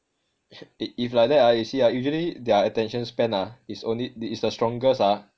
if like that ah you see ah usually their attention span ah is only is the strongest ah